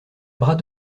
bras